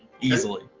Easily